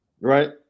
right